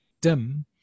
dim